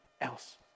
else